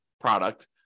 product